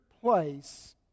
place